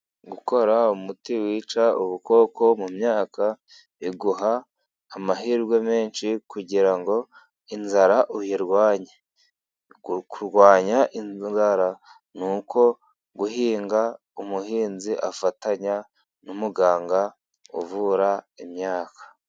Gukora umuti wica ubukoko mu myaka, biguha amahirwe menshi kugira ngo inzara uyirwanye, kurwanya inzara n'uko guhinga , umuhinzi afatanya n'umuganga uvura imyaka.